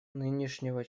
нынешнего